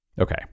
Okay